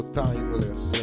timeless